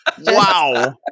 Wow